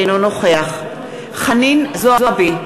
אינו נוכח חנין זועבי,